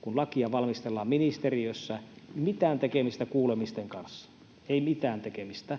kun lakia valmistellaan ministeriössä, ei mitään tekemistä kuulemisten kanssa, ei mitään tekemistä,